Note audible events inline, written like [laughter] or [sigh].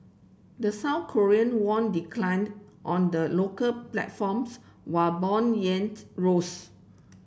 the South Korean won declined on the local platforms while bond [unintelligible] rose